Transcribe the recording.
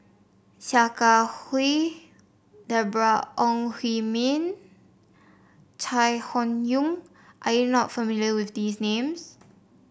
Sia Kah Hui Deborah Ong Hui Min Chai Hon Yoong are You not familiar with these names